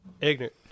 ignorant